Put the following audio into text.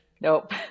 nope